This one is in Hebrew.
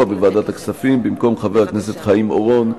בוועדת הכספים במקום חבר הכנסת חיים אורון,